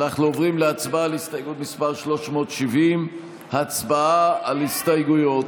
אנחנו עוברים להצבעה על הסתייגות מס' 370. הצבעה על הסתייגויות.